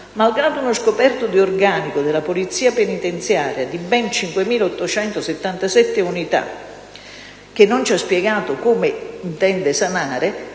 malgrado uno scoperto di organico della Polizia penitenziaria di ben 5.877 unità (che non ci ha spiegato come intende sanare),